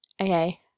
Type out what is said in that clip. Okay